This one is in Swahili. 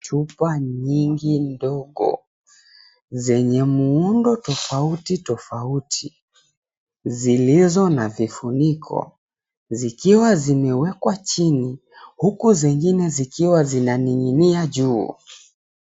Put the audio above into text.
Chupa nyingi ndogo zenye muundo tofauti tofauti, zilizo na vifuniko zikiwa zimewekwa chini huku zingine zikiwa zinaning'inia juu.